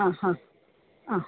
ആ ഹാ ആ